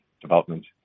development